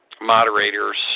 moderators